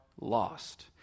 lost